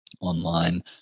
online